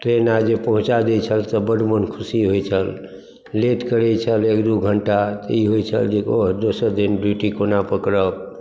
train पहुँचा दै छल तऽ बड़ मन खुशी होइत छल लेट करैत छल एक दू घण्टा तऽ ई होइत छल जे दोसर दिन ड्यूटी कोना पकड़ब